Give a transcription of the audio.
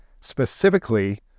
specifically